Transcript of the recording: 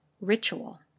Ritual